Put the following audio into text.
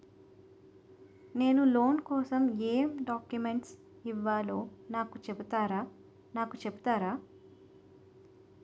నేను లోన్ కోసం ఎం డాక్యుమెంట్స్ ఇవ్వాలో నాకు చెపుతారా నాకు చెపుతారా?